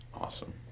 Awesome